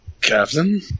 Captain